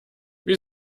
wie